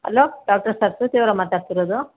hello doctor Saraswati ಅವರ ಮಾತಾಡ್ತಿರೋದು